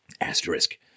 asterisk